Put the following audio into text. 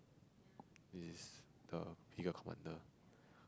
is the bigger commander